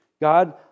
God